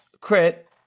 crit